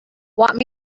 want